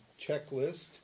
checklist